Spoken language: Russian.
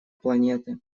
планеты